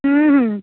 ହୁଁ ହୁଁ